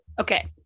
okay